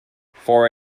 for